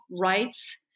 rights